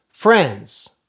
Friends